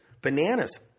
bananas